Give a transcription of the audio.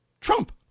Trump